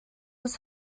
was